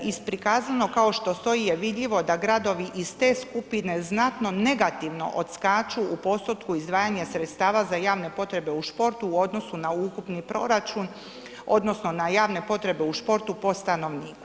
Iz prikazanog kao što stoji je vidljivo da gradovi iz ste skupine znatno negativno odskaču u postotku izdvajanja sredstava za javne potrebe u športu u odnosu na ukupni proračun odnosno na javne potrebe u športu po stanovniku.